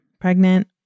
pregnant